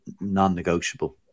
non-negotiable